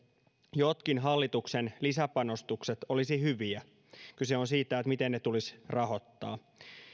jotkin hallituksen lisäpanostukset olisi hyviä kyse on siitä miten ne tulisi rahoittaa